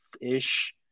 ish